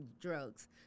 drugs